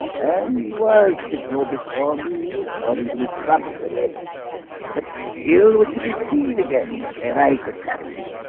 and he was to go before me according to his prophecy but still was to be seen again and i could perish